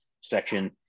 section